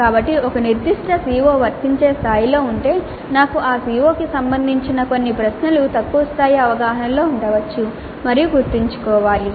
కాబట్టి ఒక నిర్దిష్ట CO వర్తించే స్థాయిలో ఉంటే నాకు ఆ CO కి సంబంధించిన కొన్ని ప్రశ్నలు తక్కువ స్థాయి అవగాహనలో ఉండవచ్చు మరియు గుర్తుంచుకోవాలి